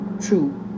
true